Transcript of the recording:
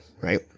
Right